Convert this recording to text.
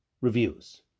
reviews